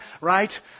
right